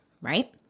right